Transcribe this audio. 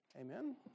Amen